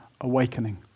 awakening